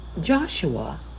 Joshua